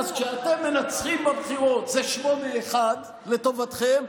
אז כשאתם מנצחים בבחירות זה 8:1 לטובתכם,